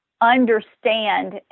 understand